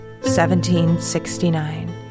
1769